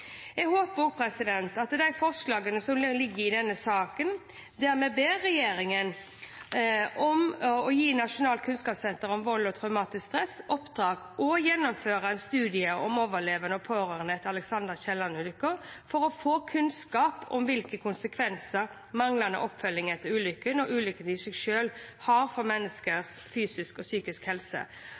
Jeg viser til det forslaget som ligger i denne saken der vi ber regjeringen om å gi Nasjonalt kunnskapssenter om vold og traumatisk stress i oppdrag å gjennomføre en studie om overlevende og pårørende etter Alexander L. Kielland-ulykken for å få kunnskap om hvilke konsekvenser manglende oppfølging etter ulykken, og ulykken i seg selv, har for menneskers fysiske og psykiske helse,